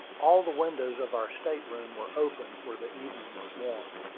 all the windows of our state-room were open, for the evening was warm.